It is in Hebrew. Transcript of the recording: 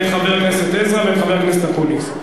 את חבר הכנסת עזרא ואת חבר הכנסת אקוניס,